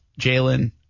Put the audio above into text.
Jalen